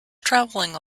traveling